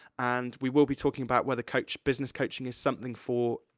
and we will be talking about whether coach, business coaching is something for,